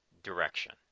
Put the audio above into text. direction